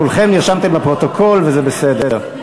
כולכם נרשמתם בפרוטוקול וזה בסדר.